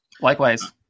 Likewise